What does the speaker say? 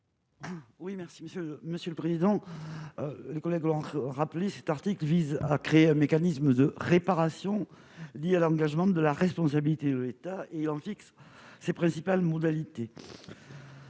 Poumirol, sur l'article. Nos collègues l'ont rappelé, cet article crée un mécanisme de réparation lié à l'engagement de la responsabilité de l'État et en fixe les principales modalités.